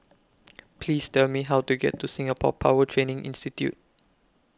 Please Tell Me How to get to Singapore Power Training Institute